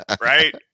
Right